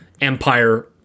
Empire